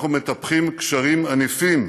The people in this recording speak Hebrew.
אנחנו מטפחים קשרים ענפים